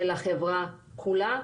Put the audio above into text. של החברה כולה.